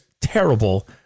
terrible